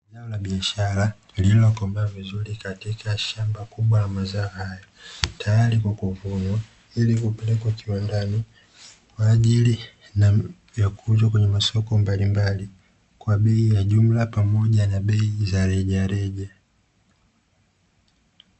Zao la biashara lililokomaa katika shambani la mazao hayo tayari kwa kuvunwa, ili kupelekwa kiwandani kwajili na kuuzwa kwenye masoko mbalimbali kwa bei ya jumla pamoja za bei ya rejareja.